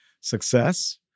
Success